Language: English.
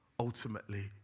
Ultimately